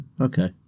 Okay